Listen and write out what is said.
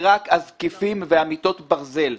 נשארו רק הזקיפים ומיטות הברזל.